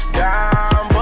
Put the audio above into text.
down